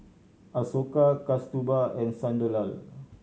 Ashoka Kasturba and Sunderlal